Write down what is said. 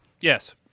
Yes